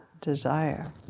desire